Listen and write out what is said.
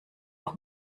auch